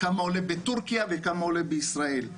כמה עולה בטורקיה וכמה עולה בישראל.